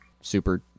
super